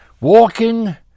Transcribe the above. walking